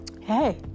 Hey